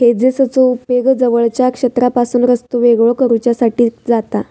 हेजेसचो उपेग जवळच्या क्षेत्रापासून रस्तो वेगळो करुच्यासाठी जाता